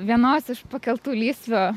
vienos iš pakeltų lysvių